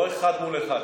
לא אחד מול אחד,